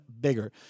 bigger